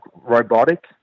robotic